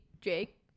Jake